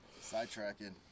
sidetracking